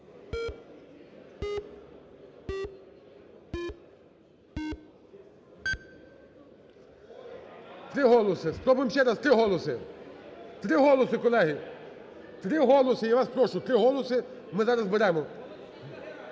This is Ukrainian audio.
Три голоси. Спробуємо ще раз? Три голоси. Три голоси, колеги. Три голоси. Я вас прошу! Три голоси ми зараз зберемо.